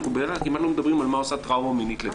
אנחנו כמעט לא מדברים על מה עושה טראומה מינית לדוגמה.